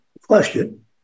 question